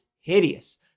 hideous